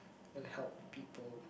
and helped people